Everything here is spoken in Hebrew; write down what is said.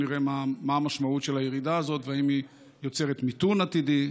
נראה מה המשמעות של הירידה הזאת והאם היא יוצרת מיתון עתידי.